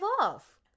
off